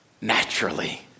naturally